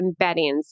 embeddings